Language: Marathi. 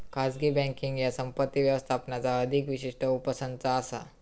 खाजगी बँकींग ह्या संपत्ती व्यवस्थापनाचा अधिक विशिष्ट उपसंच असा